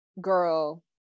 girl